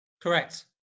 Correct